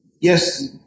yes